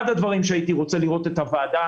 אחד הדברים שהייתי רוצה לראות את הוועדה